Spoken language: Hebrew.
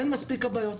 אין מספיק כבאיות.